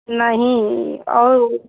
नहीं और